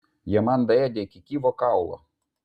jie man daėdė iki gyvo kaulo